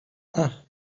ach